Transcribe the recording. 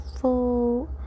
food